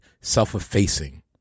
self-effacing